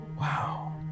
Wow